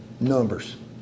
numbers